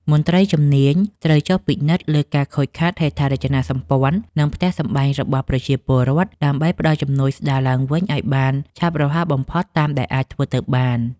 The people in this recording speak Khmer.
មន្ត្រីជំនាញត្រូវចុះពិនិត្យលើការខូចខាតហេដ្ឋារចនាសម្ព័ន្ធ និងផ្ទះសម្បែងរបស់ប្រជាពលរដ្ឋ ដើម្បីផ្តល់ជំនួយស្ដារឡើងវិញឱ្យបានឆាប់រហ័សបំផុតតាមដែលអាចធ្វើទៅបាន។